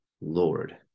Lord